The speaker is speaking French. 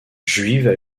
juives